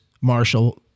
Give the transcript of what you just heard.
Marshall